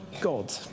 God